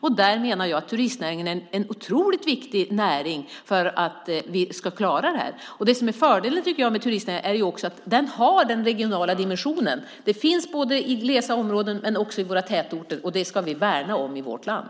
Jag menar att turistnäringen är otroligt viktig för att vi ska klara det. Det som är fördelen med turistnäringen är att den har den regionala dimensionen. Den finns både i glest bebyggda områden och i våra tätorter. Den ska vi värna om i vårt land.